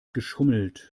geschummelt